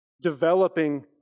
developing